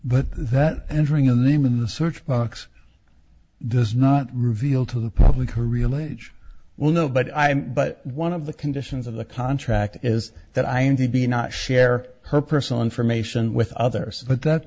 but that entering the name in the search box does not reveal to the public her real age well no but i'm but one of the conditions of the contract is that i am to be not share her personal information with others but that